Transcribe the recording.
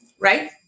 Right